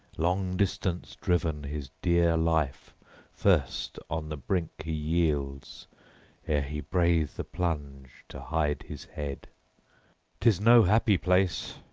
long distance driven, his dear life first on the brink he yields ere he brave the plunge to hide his head tis no happy place!